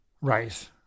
Right